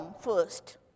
first